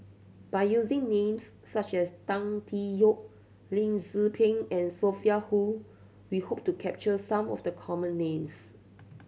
by using names such as Tan Tee Yoke Lee Tzu Pheng and Sophia Hull we hope to capture some of the common names